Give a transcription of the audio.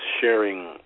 sharing